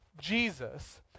jesus